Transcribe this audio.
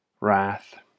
wrath